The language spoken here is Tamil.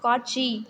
காட்சி